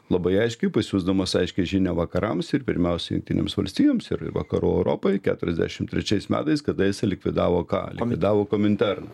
labai aiškiai pasiųsdamas aiškią žinią vakarams ir pirmiausia jungtinėms valstijoms ir vakarų europai keturiasdešimt trečiais metais kada jisai likvidavo ką likvidavo kominterną